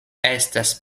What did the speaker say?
estas